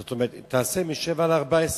זאת אומרת, משבע ל-14.